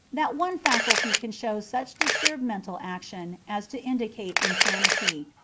that one faculty can show such disturbed mental action as to indicate insanity,